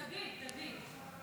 תגיד, תגיד.